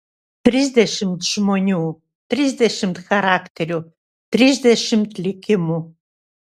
trisdešimt žmonių trisdešimt charakterių trisdešimt likimų